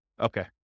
Okay